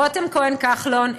רותם כהן כחלון,